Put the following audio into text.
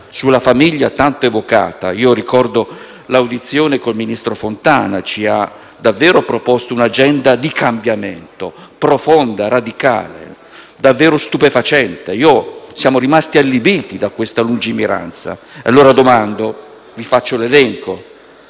Sulla famiglia tanto evocata, io ricordo l'audizione del ministro Fontana, che ci ha davvero proposto un'agenda di cambiamento profonda, radicale, davvero stupefacente. E noi siamo rimasti allibiti da questa lungimiranza. Allora io vi domando, facendovi l'elenco,